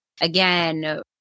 again